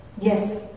Yes